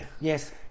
Yes